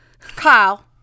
kyle